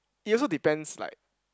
it also depends like